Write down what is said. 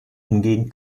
umgehen